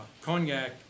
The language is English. cognac